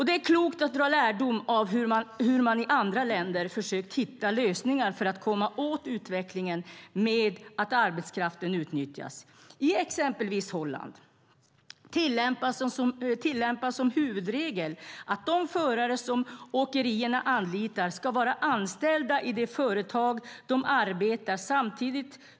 Det är klokt att dra lärdom av hur man i andra länder försökt hitta lösningar för att komma åt utvecklingen med att arbetskraften utnyttjas. I exempelvis Holland tillämpas som huvudregel att de förare som åkerierna anlitar ska vara anställda i det företag de arbetar för.